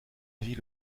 vis